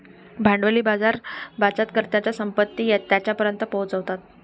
भांडवली बाजार बचतकर्त्यांची संपत्ती त्यांच्यापर्यंत पोहोचवतात